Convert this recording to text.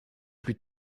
plus